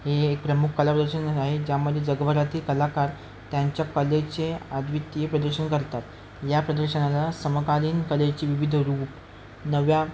हे एक प्रमुख कलाप्रदर्शन आहे ज्यामध्ये जगभरातील कलाकार त्यांच्या कलेचे आद्वितीय प्रदर्शन करतात या प्रदर्शनाला समकालीन कलेची विविध रूपं नव्या